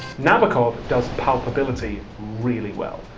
nabokov does palpability really well,